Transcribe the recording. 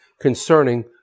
concerning